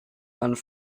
and